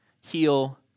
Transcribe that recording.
heal